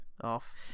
off